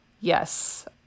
Yes